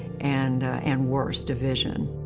and and worse, division.